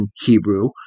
Hebrew